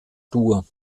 dur